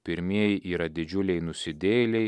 pirmieji yra didžiuliai nusidėjėliai